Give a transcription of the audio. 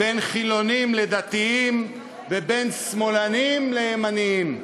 בין חילונים לדתיים, ובין שמאלנים לימנים.